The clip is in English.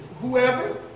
Whoever